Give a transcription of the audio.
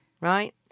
right